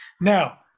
Now